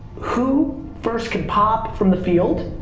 who first can pop from the field?